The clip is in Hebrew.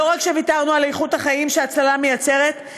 לא רק שוויתרנו על איכות החיים שהצללה מייצרת,